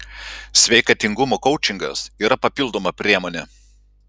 sveikatingumo koučingas yra papildoma priemonė